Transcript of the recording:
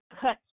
cut